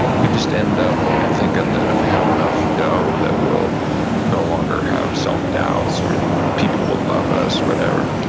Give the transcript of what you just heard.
we just end up thinking that if we have enough dough, that we'll no longer have self-doubts or people will love us or whatever.